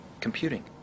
computing